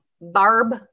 Barb